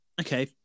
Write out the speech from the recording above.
Okay